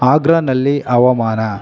ಆಗ್ರಾನಲ್ಲಿ ಹವಾಮಾನ